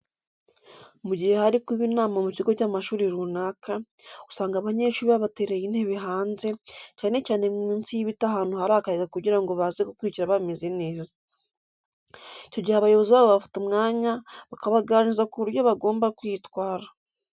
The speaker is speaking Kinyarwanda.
Mu gihe hari kuba inama mu kigo cy'amashuri runaka, usanga abanyeshuri babatereye intebe hanze, cyane cyane munsi y'ibiti ahantu hari akayaga kugira ngo baze gukurikira bameze neza. Icyo gihe abayobozi babo bafata umwanya bakabaganiriza ku buryo bagomba kwitwara.